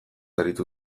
aritu